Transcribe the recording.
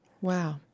Wow